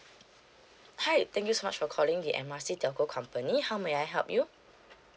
hi thank you so much for calling the M R C telco company how may I help you